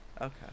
Okay